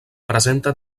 presenta